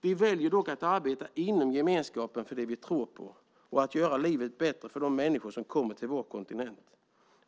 Vi väljer dock att arbeta inom gemenskapen för det vi tror på och att göra livet bättre för de människor som kommer till vår kontinent.